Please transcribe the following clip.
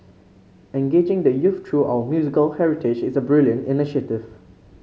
engaging the youth through our musical heritage is a brilliant initiative